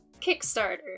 Kickstarter